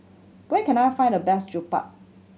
where can I find the best Jokbal